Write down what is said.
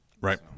Right